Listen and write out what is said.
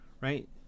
Right